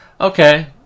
Okay